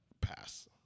pass